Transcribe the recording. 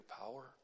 power